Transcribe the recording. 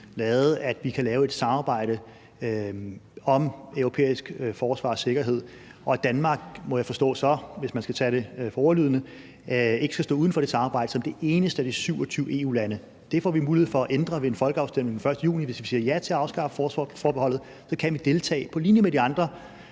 ladet, at vi kan lave et samarbejde om europæisk forsvar og sikkerhed, og at Danmark så, må jeg forstå det, hvis man skal tage det for pålydende, ikke skal stå uden for det samarbejde som det eneste af de 27 EU-lande. Det får vi mulighed for at ændre ved en folkeafstemning den 1. juni. Hvis vi siger ja til at afskaffe forsvarsforbeholdet, kan vi deltage på linje med de andre